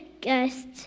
guest